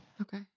Okay